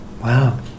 Wow